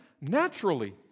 naturally